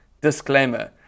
Disclaimer